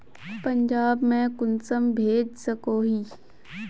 पंजाब में कुंसम भेज सकोही?